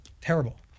Terrible